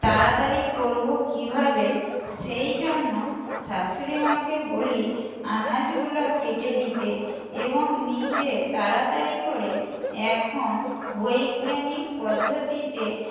তাড়াতাড়ি করবো কীভাবে সেই জন্য শাশুড়ি মাকে বলি আনাজগুলো কেটে দিতে এবং নিজে তাড়াতাড়ি করে এখন বৈজ্ঞানিক পদ্ধতিতে